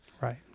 Right